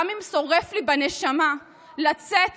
גם אם שורף לי בנשמה לצאת